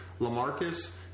LaMarcus